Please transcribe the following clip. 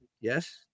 Yes